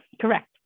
Correct